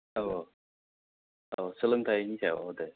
औ औ औ सोलोंथाइनि सायाव औ दे